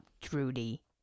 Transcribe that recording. Trudy